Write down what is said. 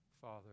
Father